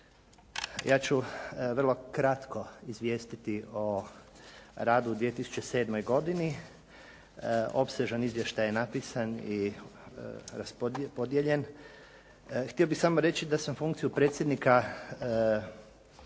Ja ću vrlo kratko izvijestiti o radu u 2007. godinu. Opsežan izvještaj je napisan i podijeljen. Htio bih samo reći da sam funkciju predsjednika